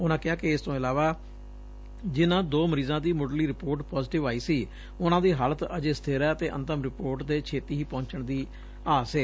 ਉਨਾਂ ਕਿਹਾ ਕਿ ਇਸ ਤੋ ਇਲਾਵਾ ਜਿਨਾਂ ਦੋ ਮਰੀਜਾਂ ਦੀ ਮੁੱਢਲੀ ਰਿਪੋਰਟ ਪੋਜ਼ੀਟਿਵ ਆਈ ਸੀ ਉਨਾਂ ਦੀ ਹਾਲਤ ਅਜੇ ਸਬਿਰ ਐ ੱਅਤੇ ਅੰਤਮ ਰਿਪੋਰਟ ਦੇ ਛੇਤੀ ਹੀ ਪੱਹੁੰਚਣ ਦੀ ਆਸ ਏ